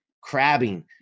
crabbing